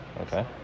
Okay